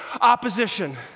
opposition